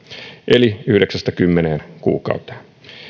eli yhdeksästä kymmeneen kuukauteen